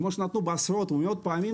כמו שנתנו בעשרות ומאות פעמים,